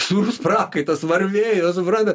sūrus prakaitas varvėjo suprantat